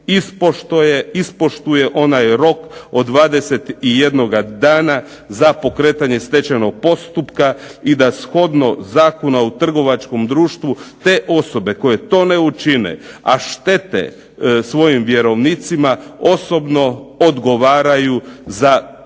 ispoštuje onaj rok od 21 dana za pokretanje stečajnog postupka i da shodno Zakonu o trgovačkom društvu te osobe koje to ne učine, a štete svojim vjerovnicima osobno odgovaraju za tu